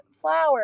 flower